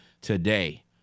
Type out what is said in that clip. today